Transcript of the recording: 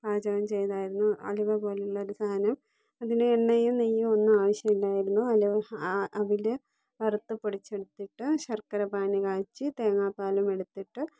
പാചകം ചെയ്തായിരുന്നു അലുവ പോലെയുള്ള ഒരു സാധനം അതിന് എണ്ണയും നെയ്യും ഒന്നും ആവശ്യമില്ലായിരുന്നു ഹലുവ ആ അവിൽ വറുത്തു പൊടിച്ചെടുത്തിട്ട് ശർക്കരപ്പാനി കാച്ചി തേങ്ങാപ്പാലും എടുത്തിട്ട്